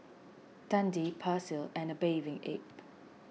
Dundee Persil and A Bathing Ape